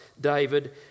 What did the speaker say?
David